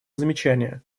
замечания